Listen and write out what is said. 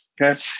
Okay